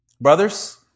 Brothers